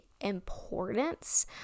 importance